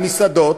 על מסעדות,